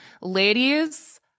ladies